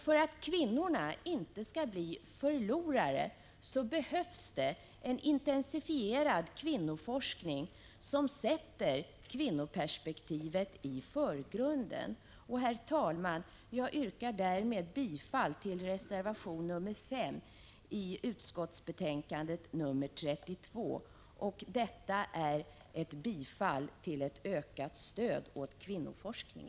För att kvinnorna inte skall bli förlorare behövs det en intensifierad kvinnoforskning som sätter kvinnoperspektivet i förgrunden. Herr talman! Jag yrkar därmed bifall till reservation 5 i utbildningsutskottets betänkande 32. Det innebär ett bifall till ökat stöd till kvinnoforskning.